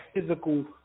physical